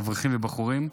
אברכים ובחורים.